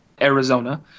Arizona